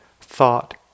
thought